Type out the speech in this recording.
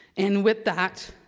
and with that,